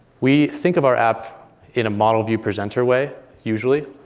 we think of our app in a model view presenter way usually,